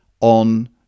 on